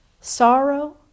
sorrow